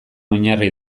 oinarri